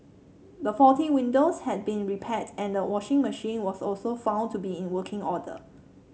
the faulty windows had been repaired and the washing machine was also found to be in working order